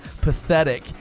pathetic